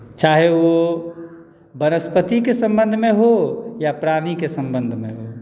चाहे ओ वनस्पतिके सम्बन्धमे हो या प्राणीके सम्बन्धमे हो